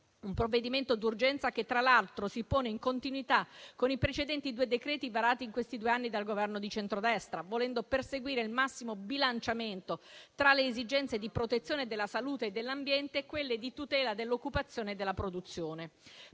Un provvedimento d'urgenza che, tra l'altro, si pone in continuità con i precedenti due decreti varati in questi due anni dal Governo di centrodestra, volendo perseguire il massimo bilanciamento tra le esigenze di protezione della salute e dell'ambiente e quelle di tutela dell'occupazione e della produzione.